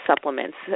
supplements